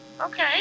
Okay